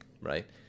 right